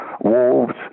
Wolves